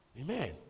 Amen